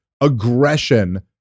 aggression